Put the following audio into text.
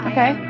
Okay